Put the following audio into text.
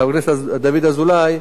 חבר הכנסת דוד אזולאי,